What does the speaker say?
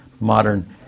modern